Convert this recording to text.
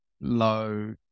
low